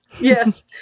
Yes